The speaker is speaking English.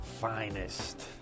Finest